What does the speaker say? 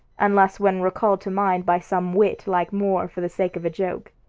unless when recalled to mind by some wit like moore for the sake of a joke.